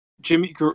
Jimmy